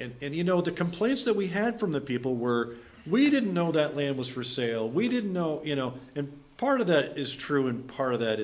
and you know the complaints that we had from the people were we didn't know that land was for sale we didn't know you know and part of that is true and part of that